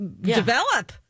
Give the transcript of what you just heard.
develop